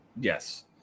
Yes